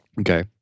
Okay